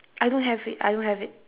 I don't have it I don't have it